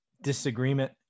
disagreement